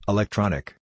Electronic